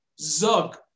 zug